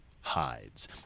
Hides